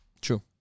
True